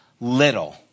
little